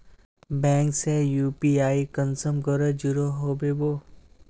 Bank से UPI कुंसम करे जुड़ो होबे बो?